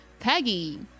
Peggy